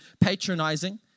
patronizing